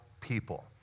people